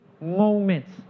moments